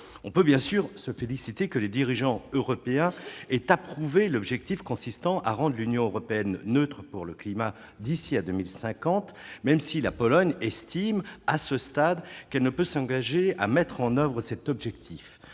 On peut bien sûr se féliciter de ce que les dirigeants européens aient approuvé l'objectif de rendre l'Union européenne neutre pour le climat d'ici à 2050, même si la Pologne estime, à ce stade, qu'elle ne peut s'engager à mettre en oeuvre cet objectif.